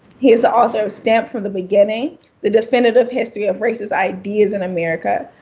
he is the author of stamped from the beginning the definitive history of racist ideas in america,